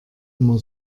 immer